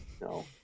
no